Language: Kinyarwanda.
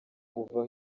kuva